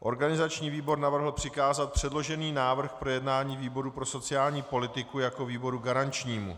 Organizační výbor navrhl přikázat předložený návrh k projednání výboru pro sociální politiku jako výboru garančnímu.